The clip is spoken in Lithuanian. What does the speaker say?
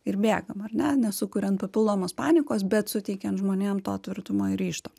ir bėgam ar ne nesukuriant papildomos panikos bet suteikiant žmonėm to tvirtumo ir ryžto